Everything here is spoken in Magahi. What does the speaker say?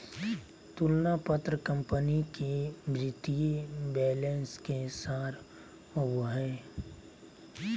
तुलना पत्र कंपनी के वित्तीय बैलेंस के सार होबो हइ